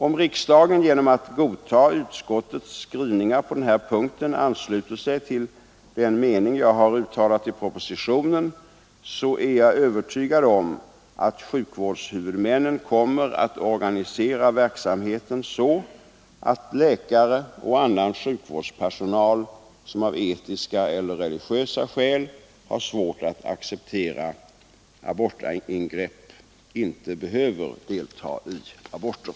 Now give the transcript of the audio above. Om riksdagen genom att godta utskottets skrivningar på den här punkten ansluter sig till den mening jag har uttalat i propositionen, är jag övertygad om att sjukvårdshuvudmännen kommer att organisera verksamheten så att läkare och annan sjukvårdspersonal, som av etiska eller religiösa skäl har svårt att acceptera abortingrepp, inte behöver delta i aborter.